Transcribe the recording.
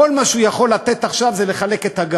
כל מה שהוא יכול לחלק עכשיו זה את הגז.